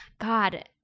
God